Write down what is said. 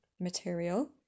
material